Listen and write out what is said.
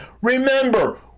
Remember